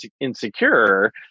insecure